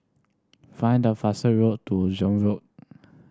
find the fastest road to Zion Road